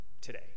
today